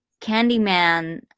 Candyman